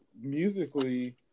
musically